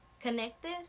connected